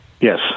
Yes